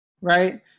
right